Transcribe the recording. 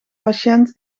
patiënt